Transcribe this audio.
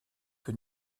que